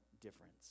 difference